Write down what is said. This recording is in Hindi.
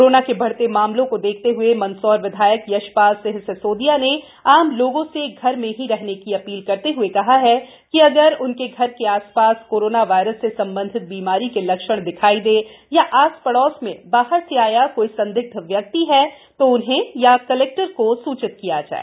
कोरोना के बढ़ते मामलों को देखते हए मन्दसौर विधायक यशपाल सिंह सिसोदिया ने आम लोगों से घर में ही रहने की अपील करते हए कहा है कि अगर उनके घर के आस पास कोरोना वायरस से संबंधित बीमारी के लक्षण दिखाई दे या आस पड़ोस में बाहर से आया कोई संदिग्ध व्यक्ति है तो उन्हें या कलेक्टर को सूचित करें